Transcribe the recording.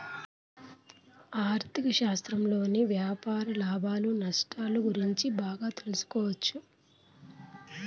ఆర్ధిక శాస్త్రంలోని వ్యాపార లాభాలు నష్టాలు గురించి బాగా తెలుసుకోవచ్చు